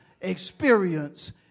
experience